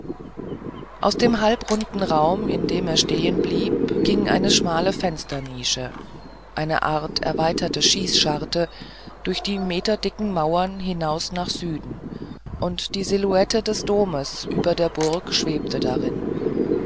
aus dem halbrunden raum in dem er stehenblieb ging eine schmale fensternische eine art erweiterte schießscharte durch die meterdicken mauern hinaus nach süden und die silhouette des domes über der burg schwebte darin